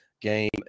game